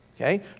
Okay